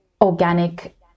organic